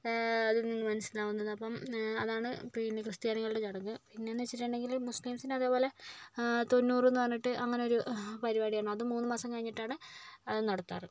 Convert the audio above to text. അതിൽ നിന്ന് മനസ്സിലാകുന്നത് അപ്പം അതാണ് പിന്നെ ക്രിസ്ത്യാനികളുടെ ചടങ്ങ് പിന്നെയെന്ന് വെച്ചിട്ടുണ്ടെങ്കിൽ മുസ്ലിംസിൻ്റെ അതേപോലെ തൊണ്ണൂറെന്ന് പറഞ്ഞിട്ട് അങ്ങനൊരു പരിപാടിയാണ് അതും മൂന്ന് മാസം കഴിഞ്ഞിട്ടാണ് അത് നടത്താറ്